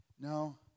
No